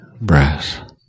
breath